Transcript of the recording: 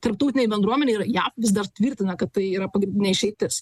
tarptautinei bendruomenei ir jav vis dar tvirtina kad tai yra pagrindinė išeitis